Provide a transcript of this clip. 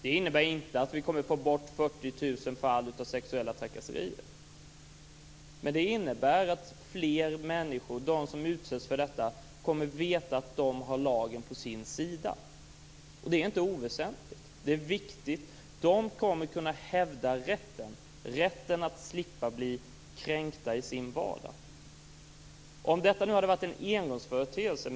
Det innebär inte att vi kommer att få bort 40 000 fall av sexuella trakasserier. Men det innebär att fler människor som utsätts för detta kommer att veta att de har lagen på sin sida. Det är inte oväsentligt. Det är viktigt. De kommer att kunna hävda rätten att slippa bli kränkta i sin vardag. Detta är inte en engångsföreteelse.